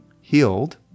healed